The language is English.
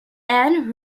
ann